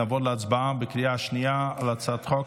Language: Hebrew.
נעבור להצבעה בקריאה שנייה על הצעת החוק.